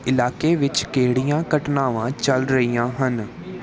ਇਲਾਕੇ ਵਿੱਚ ਕਿਹੜੀਆਂ ਘਟਨਾਵਾਂ ਚੱਲ ਰਹੀਆਂ ਹਨ